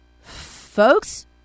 Folks